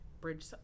bridge